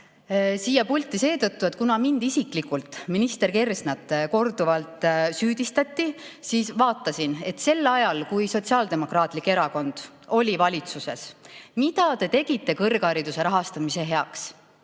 siia pulti seetõttu, et kuna mind isiklikult, minister Kersnat, korduvalt süüdistati, siis vaatasin, mida sel ajal, kui Sotsiaaldemokraatlik Erakond oli valitsuses, ta tegi kõrghariduse rahastamise heaks.